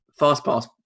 FastPass